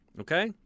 Okay